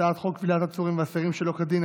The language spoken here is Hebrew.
הצעת חוק כבילת עצורים ואסירים שלא כדין,